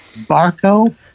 Barco